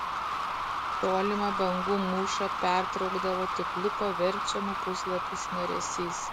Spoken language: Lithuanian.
tolimą bangų mūšą pertraukdavo tik luko verčiamų puslapių šnaresys